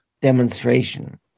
demonstration